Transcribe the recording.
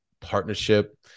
partnership